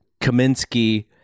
Kaminsky